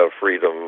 freedom